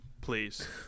Please